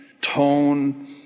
tone